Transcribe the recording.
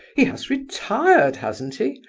he has retired, hasn't he?